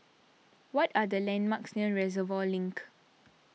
what are the landmarks near Reservoir Link